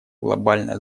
глобальное